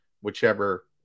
whichever